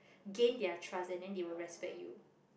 gain their trust and then they will respect you